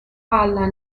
alla